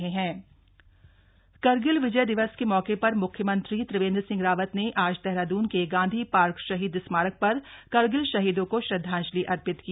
कारगिल विजय दिवस करगिल विजय दिवस के मौके पर मुख्यमंत्री त्रिवेन्द्र सिंह रावत ने आज देहरादून के गांधी पार्क शहीद स्मारक पर करगिल शहीदों को श्रद्वांजलि अर्पित की